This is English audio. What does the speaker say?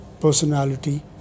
personality